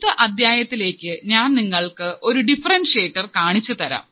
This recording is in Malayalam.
അടുത്ത അധ്യായത്തിൽ ഞാൻ നിങ്ങൾക്ക് ഒരു ഡിഫറെൻഷ്യറ്റർ കാണിച്ചുതരാം